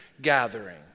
gathering